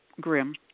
grim